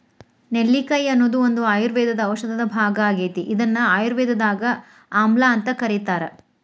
ನೆಲ್ಲಿಕಾಯಿ ಅನ್ನೋದು ಒಂದು ಆಯುರ್ವೇದ ಔಷಧದ ಭಾಗ ಆಗೇತಿ, ಇದನ್ನ ಆಯುರ್ವೇದದಾಗ ಆಮ್ಲಾಅಂತ ಕರೇತಾರ